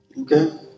Okay